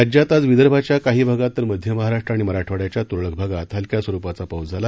राज्यात आज विदर्भाच्या काही भागात तर मध्य महाराष्ट्र आणि मराठवाड्याच्या तुरळक भागात हलक्या स्वरुपाचा पाऊस झाला